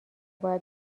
باید